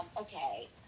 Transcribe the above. okay